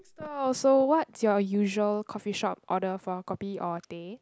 drink store so what's your usual coffee shop order for kopi or teh